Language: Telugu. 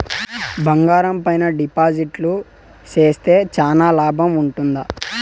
బంగారం పైన డిపాజిట్లు సేస్తే చానా లాభం ఉంటుందా?